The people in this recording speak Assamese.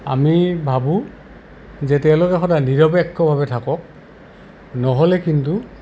আমি ভাবোঁ যে তেওঁলোকে সদায় নিৰপেক্ষভাৱে থাকক নহ'লে কিন্তু